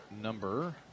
number